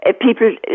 people